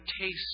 taste